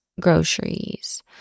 groceries